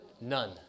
None